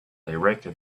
directed